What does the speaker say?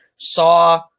Saw